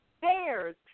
bears